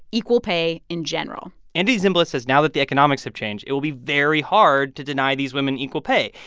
equal pay in general. andy zimbalist says now that the economics have changed, it will be very hard to deny these women equal pay.